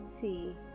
See